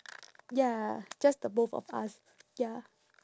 ya just the both of us ya